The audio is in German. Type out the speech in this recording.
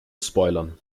spoilern